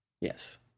Yes